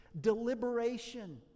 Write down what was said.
deliberation